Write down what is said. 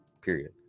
period